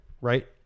Right